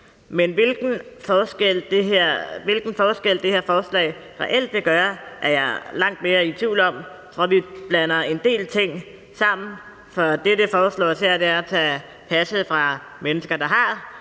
Men hvilken forskel det her forslag reelt vil gøre, er jeg langt mere i tvivl om, for vi blander en del ting sammen. Det, der foreslås her, er at tage passet fra mennesker, der har